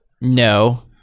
no